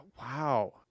wow